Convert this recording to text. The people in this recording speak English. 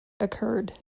occurred